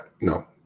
no